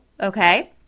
Okay